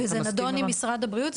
וזה נדון עם משרד הבריאות?